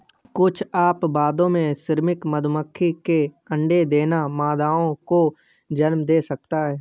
कुछ अपवादों में, श्रमिक मधुमक्खी के अंडे देना मादाओं को जन्म दे सकता है